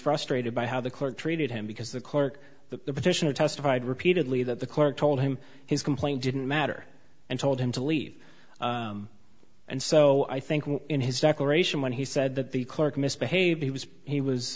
frustrated by how the court treated him because the clerk the petitioner testified repeatedly that the clerk told him his complaint didn't matter and told him to leave and so i think in his declaration when he said that the clerk misbehaved he was he was